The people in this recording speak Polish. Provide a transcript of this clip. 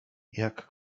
jak